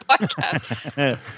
podcast